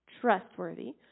trustworthy